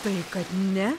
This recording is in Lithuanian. tai kad ne